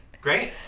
Great